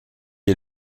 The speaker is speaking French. est